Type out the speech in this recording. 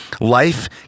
Life